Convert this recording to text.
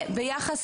ביחס